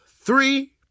three